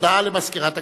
הודעה למזכירת הכנסת.